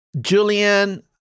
Julian